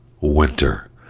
winter